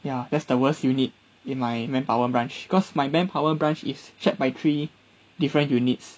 ya that's the worst unit in my manpower branch because my manpower branch is shared by three different units